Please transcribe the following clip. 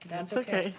that's okay.